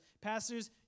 pastors